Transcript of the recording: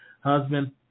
husband